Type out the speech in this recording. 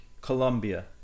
Colombia